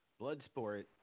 Bloodsport